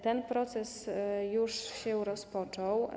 Ten proces już się rozpoczął.